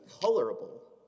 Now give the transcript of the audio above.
colorable